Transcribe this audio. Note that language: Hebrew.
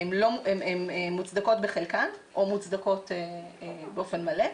הן מוצדקות בחלקן או מוצדקות באופן מלא,